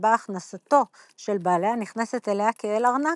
שבה הכנסתו של בעליה נכנסת אליה כאל ארנק,